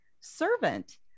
servant